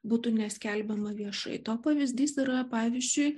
būtų neskelbiama viešai to pavyzdys yra pavyzdžiui